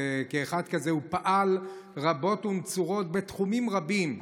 וכאחד כזה הוא פעל רבות ונצורות בתחומים רבים.